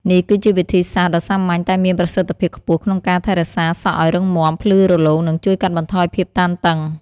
នេះគឺជាវិធីសាស្ត្រដ៏សាមញ្ញតែមានប្រសិទ្ធភាពខ្ពស់ក្នុងការថែរក្សាសក់ឲ្យរឹងមាំ ភ្លឺរលោង និងជួយកាត់បន្ថយភាពតានតឹង។